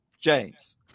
James